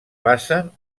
basen